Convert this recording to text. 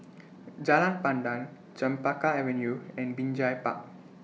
Jalan Pandan Chempaka Avenue and Binjai Park